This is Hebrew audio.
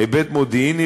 היבט מודיעיני,